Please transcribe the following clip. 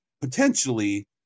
potentially